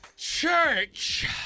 Church